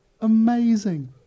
Amazing